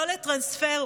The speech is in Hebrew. לא לטרנספר,